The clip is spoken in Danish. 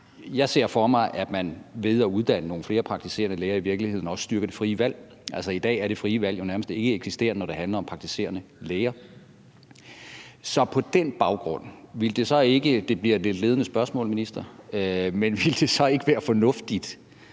Jeg ser for mig, at man ved at uddanne nogle flere praktiserende læger i virkeligheden også styrker det frie valg. Altså, i dag er det frie valg jo nærmest ikkeeksisterende, når det handler om praktiserende læger. Så ville det på den baggrund ikke – det bliver et lidt ledende spørgsmål, minister – være fornuftigt